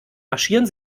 marschieren